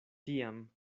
tiam